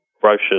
brochures